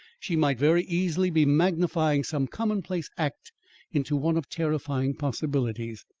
she might very easily be magnifying some commonplace act into one of terrifying possibilities.